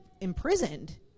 imprisoned